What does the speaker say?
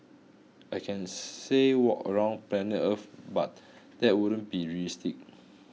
I can say walk around planet earth but that wouldn't be realistic